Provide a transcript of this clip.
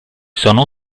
sono